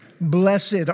Blessed